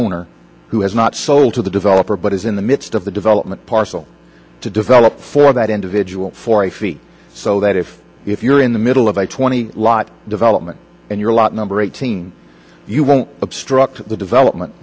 owner who has not sold to the developer but is in the midst of the development parcel to develop for that individual for a fee so that if if you're in the middle of a twenty lot development and you're a lot number eighteen you won't obstruct the development